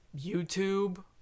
YouTube